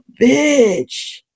bitch